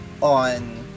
on